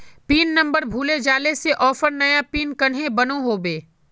Pin number भूले जाले से ऑफर नया पिन कन्हे बनो होबे?